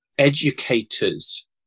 educators